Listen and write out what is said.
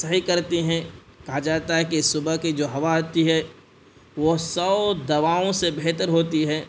صحیح کرتی ہیں کہا جاتا ہے کہ صبح کی جو ہوا آتی ہے وہ سو دواؤں سے بہتر ہوتی ہے